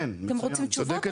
אתם רוצים תשובות,